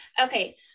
Okay